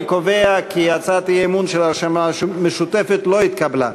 אני קובע כי הצעת האי-אמון של הרשימה המשותפת לא התקבלה.